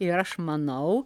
ir aš manau